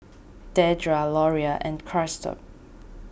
Dedra Loria and Christop